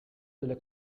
della